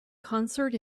concert